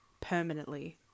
permanently